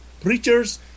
preachers